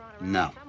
No